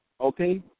okay